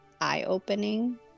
eye-opening